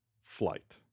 flight